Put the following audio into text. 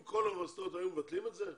אם כל המוסדות היו מבטלים את זה,